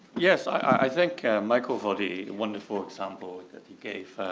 yes, i thank michael for the wonderful example that he gave.